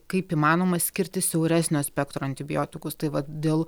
kaip įmanoma skirti siauresnio spektro antibiotikus tai vat dėl